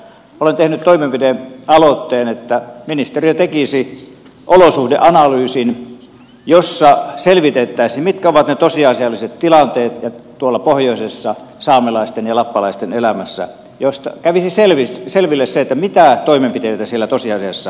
olen tehnyt toimenpidealoitteen että ministeriö tekisi olosuhdeanalyysin jossa selvitettäisiin mitkä ovat ne tosiasialliset tilanteet tuolla pohjoisessa saamelaisten ja lappalaisten elämässä ja josta kävisi selville se mitä toimenpiteitä siellä tosiasiassa tarvitaan